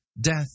Death